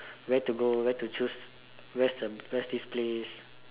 where to go where to choose where's this place